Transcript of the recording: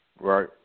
Right